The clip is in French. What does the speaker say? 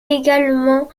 également